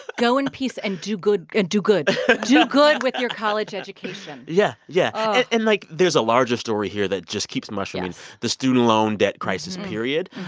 go in peace and do good. and do good do good with your college education yeah, yeah. and, like, there's a larger story here that just keeps mushrooming yes the student loan debt crisis, period.